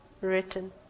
written